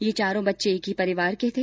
ये चारों बच्चे एक ही परिवार के थे